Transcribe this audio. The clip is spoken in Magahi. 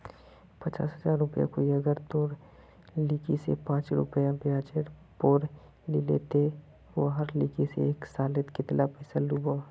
पचास हजार रुपया कोई अगर तोर लिकी से पाँच रुपया ब्याजेर पोर लीले ते ती वहार लिकी से एक सालोत कतेला पैसा लुबो?